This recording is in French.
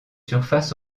surfaces